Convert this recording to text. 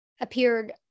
appeared